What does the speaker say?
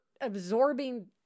absorbing